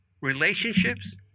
relationships